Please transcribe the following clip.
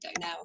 now